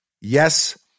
Yes